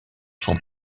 son